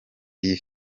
iyi